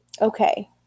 okay